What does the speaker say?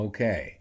Okay